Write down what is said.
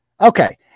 Okay